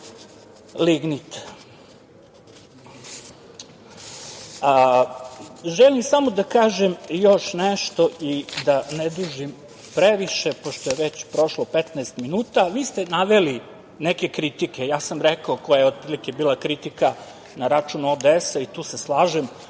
lignit. Želim samo da kažem još nešto i da ne dužim previše, pošto je već prošlo petnaest minuta. Vi ste naveli neke kritike, ja sam rekao koja je otprilike bila kritika na račun ODS i tu se slažem